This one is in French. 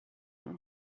nom